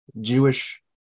Jewish